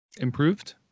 improved